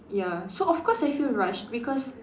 ya so of course I feel rushed because